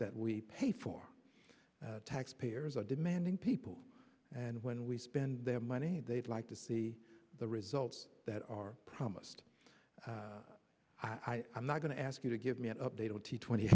that we pay for tax payers are demanding people and when we spend their money they'd like to see the results that are promised i'm not going to ask you to give me an update on t twenty